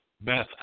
Beth